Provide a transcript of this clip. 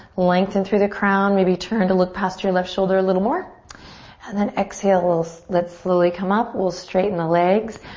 lengthen through the crown. maybe turn to look past your left shoulder a little more and then exhale. so let's slowly come up. we'll straighten the legs.